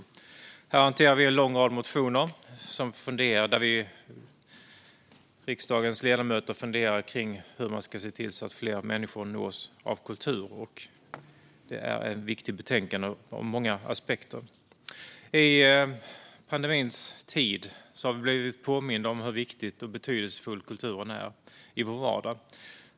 I betänkandet hanterar vi en lång rad motioner där riksdagens ledamöter funderar över hur fler människor ska nås av kultur, och det är ett ur många aspekter viktigt betänkande. I pandemins tid har vi blivit påminda om hur viktig och betydelsefull kulturen är i vår vardag.